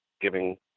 giving